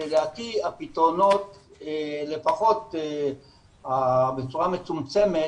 ולדעתי הפתרונות לפחות בצורה מצומצמת,